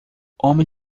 homem